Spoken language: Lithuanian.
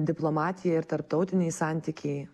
diplomatija ir tarptautiniai santykiai